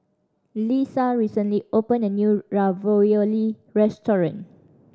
Leisa recently opened a new Ravioli restaurant